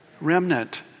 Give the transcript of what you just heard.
remnant